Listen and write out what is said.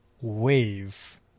wave